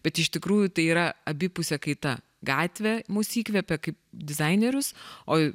bet iš tikrųjų tai yra abipusė kaita gatvė mus įkvepia kaip dizainerius o